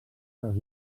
dels